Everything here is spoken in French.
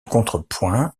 contrepoint